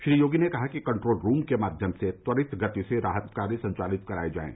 श्री योगी ने कहा कि कन्ट्रोल रूम के माध्यम से त्वरित गति से राहत कार्यक्रम संचालित कराए जाएं